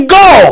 go